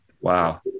Wow